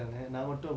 ya